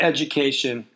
Education